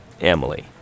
Emily